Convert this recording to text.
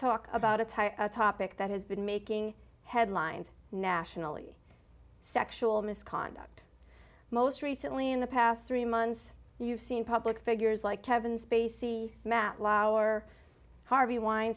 talk about a topic that has been making headlines nationally sexual misconduct most recently in the past three months you've seen public figures like kevin spacey matt lauer harvey